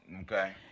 Okay